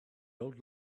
old